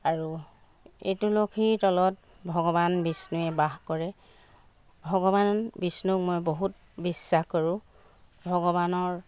আৰু এই তুলসীৰ তলত ভগৱান বিষ্ণুয়ে বাস কৰে ভগৱান বিষ্ণুক মই বহুত বিশ্বাস কৰোঁ ভগৱানৰ